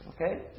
okay